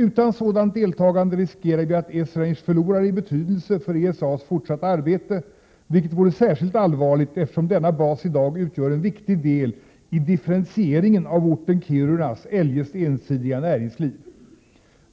Utan sådant deltagande riskerar vi att Esrange förlorar i betydelse för ESA:s fortsatta arbete, vilket vore särskilt allvarligt, eftersom denna bas i dag utgör en viktig del i differentieringen av orten Kirunas eljest ensidiga näringsliv.